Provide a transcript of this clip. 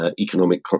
economic